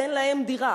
אין להם דירה.